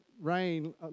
rain